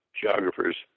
geographers